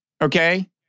okay